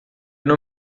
não